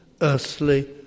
earthly